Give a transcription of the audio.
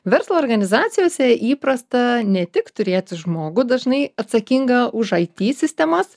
verslo organizacijose įprasta ne tik turėti žmogų dažnai atsakingą už aity sistemas